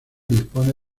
dispone